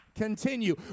Continue